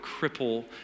cripple